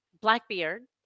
Blackbeard